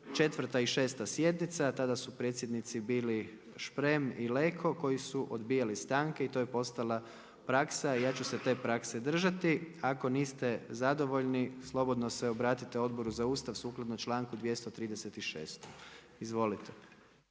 četvrta i šesta sjednica, tada su predsjednici bili Šprem i Leko koji su odbijali stanke i to je postala praksa. Ja ću se te prakse držati. Ako niste zadovoljni slobodno se obratite Odboru za Ustav sukladno članku 236. Izvolite.